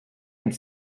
its